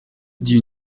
dit